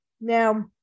Now